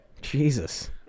Jesus